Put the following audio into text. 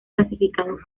clasificados